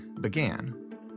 began